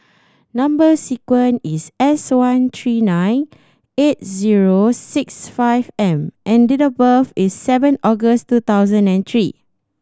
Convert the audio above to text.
number sequence is S one three nine eight zero six five M and date of birth is seven August two thousand and three